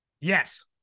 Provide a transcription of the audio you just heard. Yes